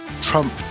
trump